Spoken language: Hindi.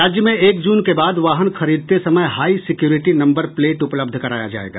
राज्य में एक जून के बाद वाहन खरीदते समय हाई सिक्योरिटी नम्बर प्लेट उपलब्ध कराया जायेगा